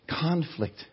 conflict